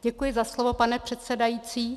Děkuji za slovo, pane předsedající.